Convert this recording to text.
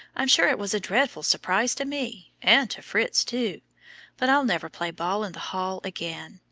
i'm sure it was a dreadful surprise to me, and to fritz, too but i'll never play ball in the hall again,